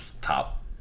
Top